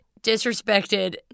disrespected